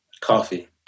Coffee